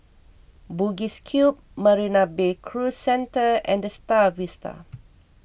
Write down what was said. Bugis Cube Marina Bay Cruise Centre and the Star Vista